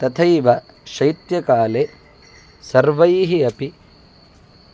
तथैव शैत्यकाले सर्वैः अपि